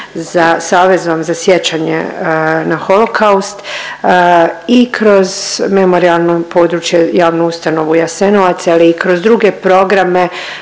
savezom za sjećanje na holokaust i kroz memorijalno područje javnu ustanovu Jasenovac, ali i kroz druge programe